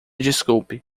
desculpe